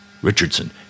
Richardson